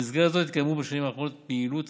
במסגרת זאת התקיימו בשנים האחרונות פעילויות